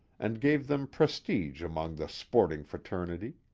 and gave them prestige among the sporting fraternity.